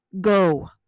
Go